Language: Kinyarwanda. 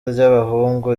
ry’abahungu